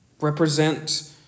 Represent